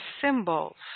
symbols